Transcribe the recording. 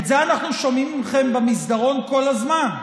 את זה אנחנו שומעים מכם במסדרון כל הזמן,